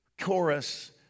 chorus